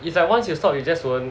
it's like once you stop you just won't